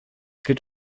gilt